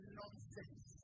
nonsense